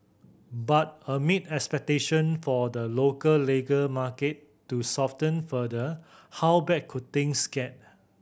but amid expectation for the local labour market to soften further how bad could things get